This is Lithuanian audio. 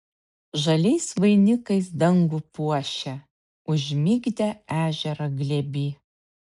žaliais vainikais dangų puošia užmigdę ežerą glėby